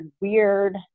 weird